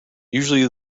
usually